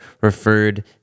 referred